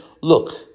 Look